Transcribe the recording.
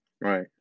Right